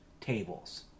tables